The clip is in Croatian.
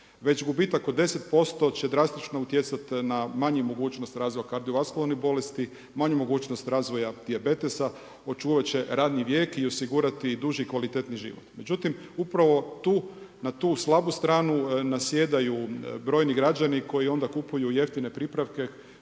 Već gubitak od 10% će drastično utjecati na manju mogućnost razvoja kardiovaskularnih bolesti, manju mogućnost razvoja dijabetesa, očuvat će radni vijek i osigurati duži i kvalitetniji život. Međutim, upravo na tu, na tu slabu stranu nasjedaju brojni građani koji kupuju jeftine pripravke